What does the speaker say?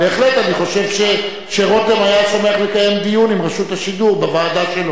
בהחלט אני חושב שרותם היה שמח לקיים דיון עם רשות השידור בוועדה שלו.